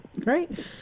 Great